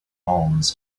alms